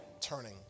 turning